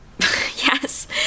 Yes